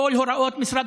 בישראל.